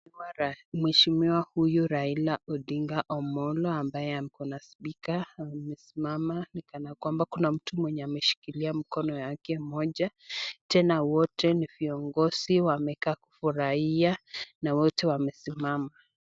Mara mhesimiwa huyu Raila Odinga Omollo, ambaye akona spika, amesimama ni kana kwamba kuna mtu mwenye ameshikilia mkono yake moja. Tena wote ni viongozi wamekaa kufurahia na wote wamesimama.